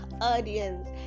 audience